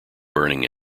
burning